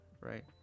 right